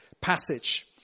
passage